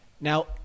Now